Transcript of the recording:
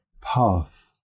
path